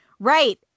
Right